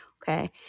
Okay